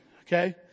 okay